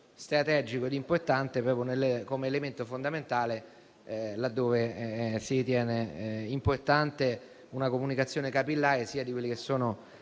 strategico e importante proprio come elemento fondamentale laddove si ritiene importante una comunicazione capillare sia dei rischi che